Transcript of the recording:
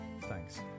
Thanks